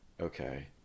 okay